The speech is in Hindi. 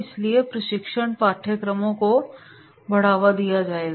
इसलिए प्रशिक्षण पाठ्यक्रमों को बढ़ावा दिया जाएगा